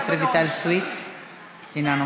יוליה, כל